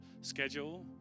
schedule